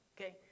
okay